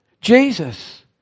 Jesus